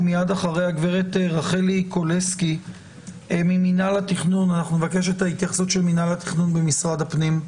מיד אחריה הגברת רחלי קולסקי ממינהל התכנון במשרד הפנים.